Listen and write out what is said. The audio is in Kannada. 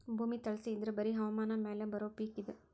ಭೂಮಿ ತಳಸಿ ಇದ್ರ ಬರಿ ಹವಾಮಾನ ಮ್ಯಾಲ ಬರು ಪಿಕ್ ಇದ